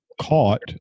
caught